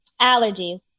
allergies